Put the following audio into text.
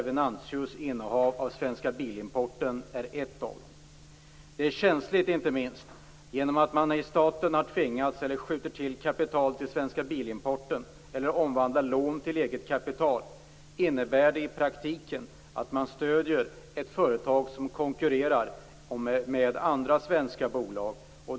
Venantius innehav av Svenska Bilimporten är en av dem. Det är känsligt inte minst genom att staten skjuter till kapital till Svenska Bilimporten eller omvandlar lån till eget kapital. Detta innebär i praktiken att man stöder ett företag som konkurrerar med andra svenska bolag.